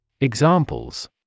Examples